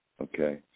okay